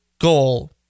goal